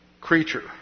Creature